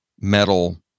metal